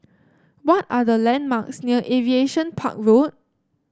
what are the landmarks near Aviation Park Road